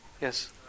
Yes